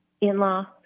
in-law